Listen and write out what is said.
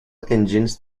engines